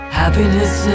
happiness